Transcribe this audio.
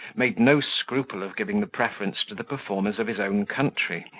made no scruple of giving the preference to the performers of his own country,